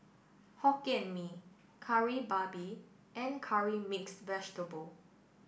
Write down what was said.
Hokkien Mee Kari Babi and Curry Mixed Vegetable